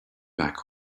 back